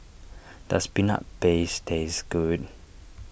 does Peanut Paste taste good